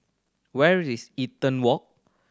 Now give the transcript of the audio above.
where is Eaton Walk